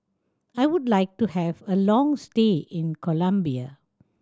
I would like to have a long stay in Colombia